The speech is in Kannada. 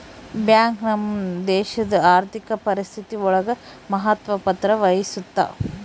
ಬ್ಯಾಂಕ್ ನಮ್ ದೇಶಡ್ ಆರ್ಥಿಕ ಪರಿಸ್ಥಿತಿ ಒಳಗ ಮಹತ್ವ ಪತ್ರ ವಹಿಸುತ್ತಾ